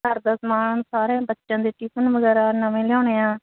ਘਰ ਦਾ ਸਮਾਨ ਸਾਰਿਆਂ ਬੱਚਿਆਂ ਦੇ ਟੀਫਨ ਵਗੈਰਾ ਨਵੇਂ ਲਿਆਉਣੇ ਆ